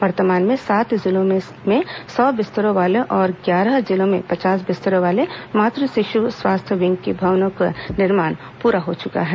वर्तमान में सात जिलों में सौ बिस्तरों वाले और ग्यारह जिलों में पचास बिस्तरों वाले मात शिश् स्वास्थ्य विंग के भवनों का निर्माण पूरा हो चुका है